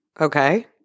Okay